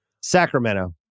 Sacramento